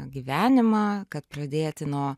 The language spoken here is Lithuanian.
gyvenimą kad pradėti nuo